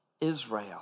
Israel